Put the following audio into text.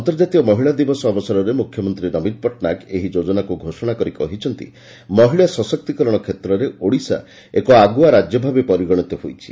ଅନ୍ତର୍କାତୀୟ ମହିଳା ଦିବସ ଅବସରରେ ମ୍ରଖ୍ୟମନ୍ତୀ ନବୀନ ପଟ୍ଟନାୟକ ଏହି ଯୋଜନାକ ଘୋଷଣା କରି କହିଛନ୍ତି ମହିଳା ସଶକ୍ତୀକରଣ ଷେତ୍ରରେ ଓଡ଼ିଶା ଏକ ଆଗୁଆ ରାଜ୍ୟ ଭାବେ ପରିଗଣିତ ହୋଇଛି